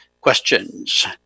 questions